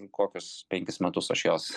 kokius penkis metus aš jos